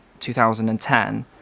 2010